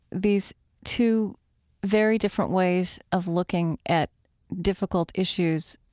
these two very different ways of looking at difficult issues,